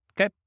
okay